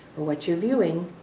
or what you're viewing,